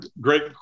great